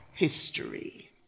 history